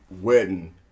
wedding